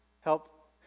Help